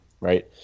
right